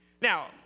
Now